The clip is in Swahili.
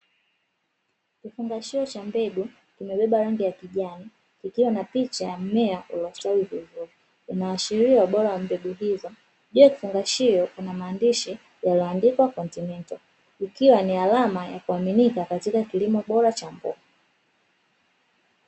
Kifungashio cha mbegu, kimebeba rangi ya kijani, ikiwa na picha ya mmea uliostawi vizuri, unaashiria ubora wa mbegu hizo. Juu ya kifungashio kuna maandishi yaliyoandikwa "Kontinento", ikiwa ni alama ya kuaminika katika kilimo bora cha mboga.